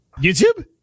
YouTube